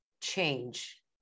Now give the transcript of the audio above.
change